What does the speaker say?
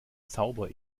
zauber